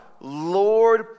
lord